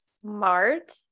smart